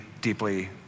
deeply